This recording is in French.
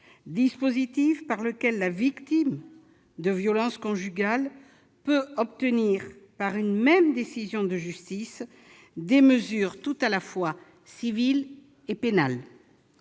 dispositif, la victime de violences conjugales peut obtenir, au travers d'une même décision de justice, des mesures tout à la fois civiles et pénales.